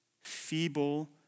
feeble